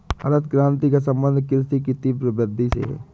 हरित क्रान्ति का सम्बन्ध कृषि की तीव्र वृद्धि से है